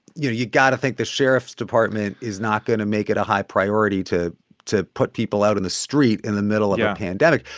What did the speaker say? you know, you got to think, the sheriff's department is not going to make it a high priority to to put people out in the street in the middle of yeah a pandemic.